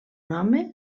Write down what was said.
home